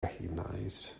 recognized